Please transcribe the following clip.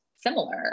similar